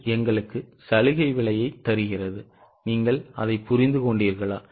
இது எங்களுக்கு சலுகை விலையைத் தருகிறது நீங்கள் அதை புரிந்து கொண்டீர்களா